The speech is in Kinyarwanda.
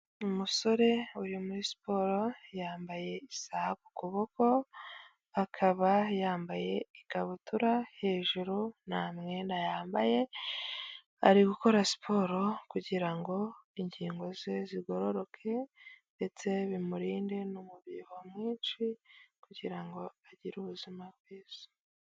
Umusore uri muri siporo yambaye isaha ku kuboko, akaba yambaye ikabutura hejuru nta mwenda yambaye. Ari gukora siporo kugira ingingo ze zigororoke ndetse bimurinde n'umubyibuho mwinshi kugirango ngo agire ubuzima bwiza.